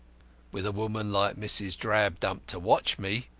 with a woman like mrs. drabdump to watch me,